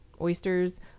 oysters